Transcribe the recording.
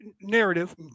narrative